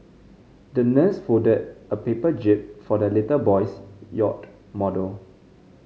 the nurse folded a paper jib for the little boy's yacht model